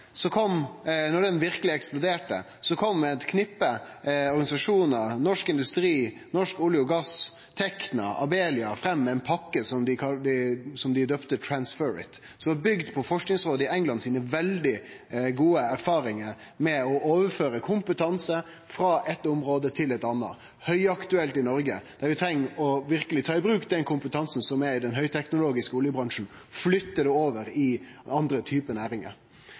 den verkeleg eksploderte, kom eit knippe organisasjonar – Norsk Industri, Norsk olje og gass, Tekna, Abelia – med ein pakke dei døypte «Transferit», som var bygd på forskingsrådet i England sine veldig gode erfaringar med å overføre kompetanse frå eit område til eit anna. Det er høgaktuelt i Noreg, der vi verkeleg treng å ta i bruk kompetansen som er i den høgteknologiske oljebransjen, og flytte han over i andre typar næringar.